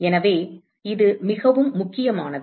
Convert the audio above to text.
எனவே இது மிகவும் முக்கியமானது